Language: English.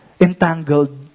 entangled